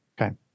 Okay